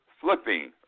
flipping